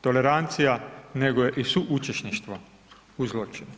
tolerancija nego je i u suučesništvo u zločinu.